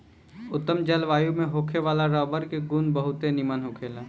उत्तम जलवायु में होखे वाला रबर के गुण बहुते निमन होखेला